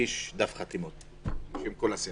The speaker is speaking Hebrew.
נגיש דף חתימות של כל הסיעה.